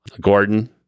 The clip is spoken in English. Gordon